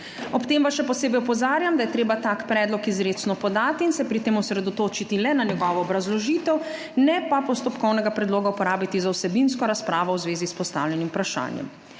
Ob tem vas še posebej opozarjam, da je treba tak predlog izrecno podati in se pri tem osredotočiti le na njegovo obrazložitev, ne pa postopkovnega predloga uporabiti za vsebinsko razpravo v zvezi s postavljenim vprašanjem.